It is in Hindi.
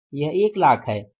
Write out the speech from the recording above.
यह 1 लाख है